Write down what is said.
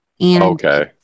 Okay